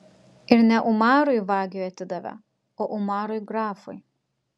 ir ne umarui vagiui atidavė o umarui grafui